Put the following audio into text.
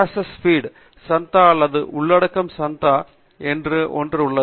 S பீடு சந்தா அல்லது உள்ளடக்கம் சந்தா என்று ஒன்று உள்ளது